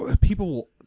people